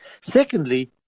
Secondly